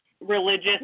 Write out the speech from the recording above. religious